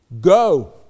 Go